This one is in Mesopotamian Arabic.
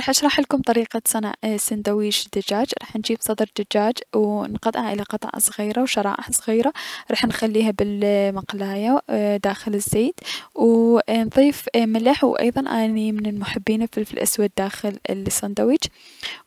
راح اشررحلكم طريقة صنع سندويش دجاج، راح نجيب صدر دجاج، و نقطعه الى قطع صغيرة و شرائح صغيرة، راح نخليها بالمقلاية داخل الزيت و اي نظيف اي ملح و ايضا اني من محبين اي الفلفل الأسود داخل السندويش